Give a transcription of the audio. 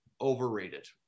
overrated